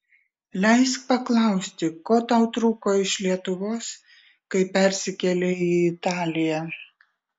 leisk paklausti ko tau trūko iš lietuvos kai persikėlei į italiją